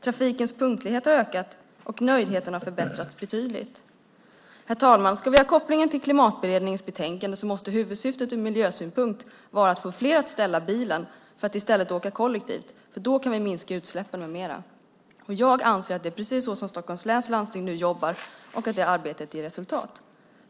Trafikens punktlighet har ökat, och nöjdheten har förbättrats betydligt. Herr talman! Ska vi ha kopplingen till Klimatberedningens betänkande måste huvudsyftet ur miljösynpunkt vara att få fler att ställa bilen för att i stället åka kollektivt, för då kan vi minska utsläppen med mera. Jag anser att det är precis så som Stockholms läns landsting nu jobbar och att det arbetet ger resultat.